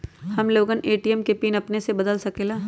हम लोगन ए.टी.एम के पिन अपने से बदल सकेला?